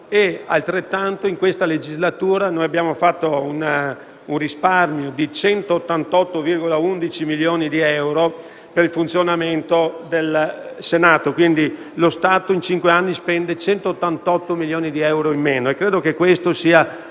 Altrettanto, in questa legislatura noi abbiamo realizzato un risparmio di 188,11 milioni di euro per il funzionamento del Senato. Quindi, lo Stato in cinque anni spende 188 milioni di euro in meno. Questo è